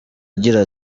agira